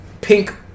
pink